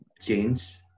change